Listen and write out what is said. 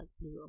Blue